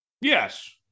Yes